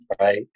Right